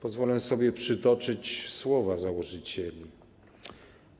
Pozwolę sobie przytoczyć słowa założycieli: